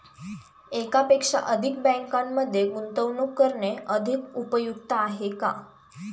एकापेक्षा अधिक बँकांमध्ये गुंतवणूक करणे अधिक उपयुक्त आहे का?